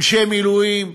אנשי מילואים,